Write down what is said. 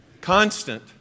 constant